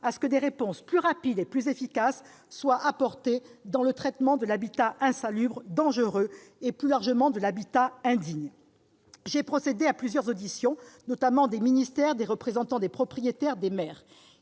à ce que des réponses plus rapides et plus efficaces soient apportées dans le traitement de l'habitat insalubre, dangereux et, plus largement, de l'habitat indigne. J'ai procédé à plusieurs auditions, notamment des ministères, des représentants des propriétaires, des maires.